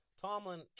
Tomlin